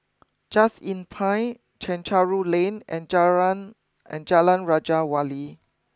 just Inn Pine Chencharu Lane and Jalan and Jalan Raja Wali